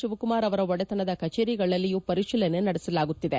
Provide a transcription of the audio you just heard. ಶಿವಕುಮಾರ್ ಅವರ ಒಡೆತನದ ಕಚೇರಿಗಳಲ್ಲಿಯೂ ಪರಿಶೀಲನೆ ನಡೆಸಲಾಗುತ್ತಿದೆ